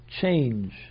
change